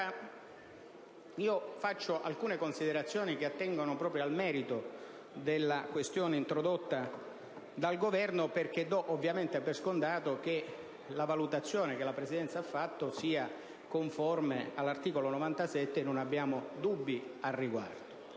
Faccio alcune considerazioni che attengono proprio al merito della questione introdotta dal Governo, perché do ovviamente per scontato che la valutazione che la Presidenza ha fatto sia conforme all'articolo 97 (non abbiamo dubbi al riguardo,